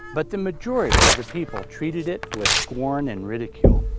but the majority of the people treated it with scorn and ridicule.